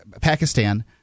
Pakistan